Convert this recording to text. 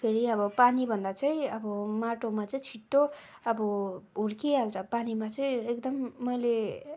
फेरि अब पानी भन्दा चाहिँ अब माटोमा चाहिँ छिटो अब हुर्किहाल्छ पानीमा चाहिँ एकदम मैले